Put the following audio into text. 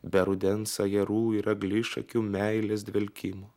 be rudens ajerų ir eglišakių meilės dvelkimo